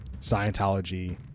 Scientology